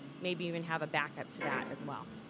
maybe even have a backup to that as well.